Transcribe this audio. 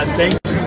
Thanks